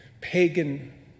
pagan